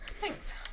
Thanks